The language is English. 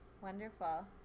Wonderful